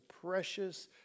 precious